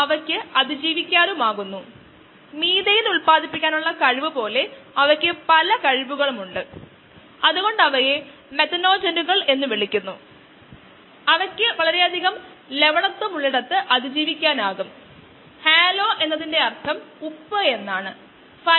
ഇതാണ് വ്യതിയാനത്തിന്റെ ഗണിതശാസ്ത്ര പ്രാതിനിധ്യം S മായുള്ള mu ന്റെ വ്യതിയാനത്തിന്റെ മോണോഡ് മോഡൽ അതായത് നിർദ്ദിഷ്ട വളർച്ചാ നിരക്ക് അതു mu m ഗുണിക്കണം S നെ